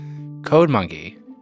CodeMonkey